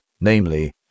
namely